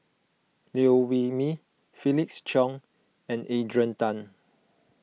Liew Wee Mee Felix Cheong and Adrian Tan